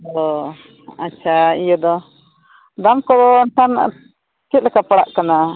ᱦᱮᱸ ᱟᱪᱪᱷᱟ ᱤᱭᱟᱹ ᱫᱚ ᱫᱟᱢ ᱠᱚ ᱛᱟᱢ ᱪᱮᱫ ᱞᱮᱠᱟ ᱯᱟᱲᱟᱜ ᱠᱟᱱᱟ